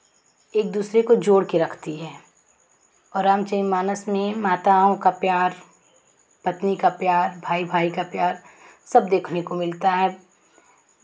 एक दूसरे को जोड़ के रखती है और रामचरितमानस में माताओं का प्यार पत्नी का प्यार भाई भाई का प्यार सब देखने को मिलता है